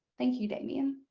thank you, damian.